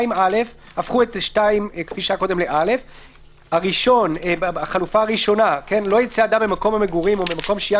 2. (א).לא יצא אדם ממקום המגורים או ממקום שהייה